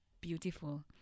beautiful